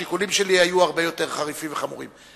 השיקולים שלי היו הרבה יותר חריפים וחמורים.